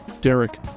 Derek